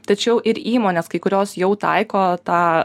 tačiau ir įmonės kai kurios jau taiko tą